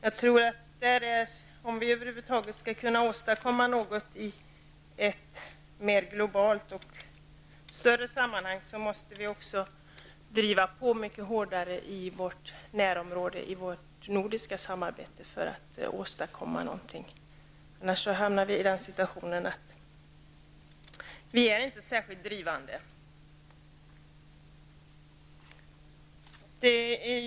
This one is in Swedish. Jag tror att om vi över huvud taget skall kunna åstadkomma något i ett mer globalt och större sammanhang måste vi också driva på mycket hårdare i vårt närområde -- i vårt nordiska samarbete -- för att åstadkomma någonting. Annars hamnar vi i den situationen att vi inte är särskilt drivande.